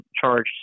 charged